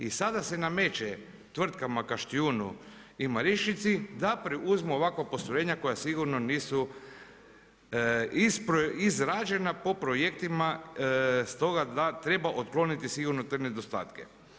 I sada se nameće tvrtkama Kaštijunu i Marinščici da preuzmu ovakva postrojenja koja sigurno nisu izrađena po projektima stoga da treba otkloniti sigurno te nedostatke.